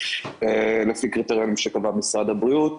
לפי קריטריונים שקבע משרד הבריאות,